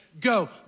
Go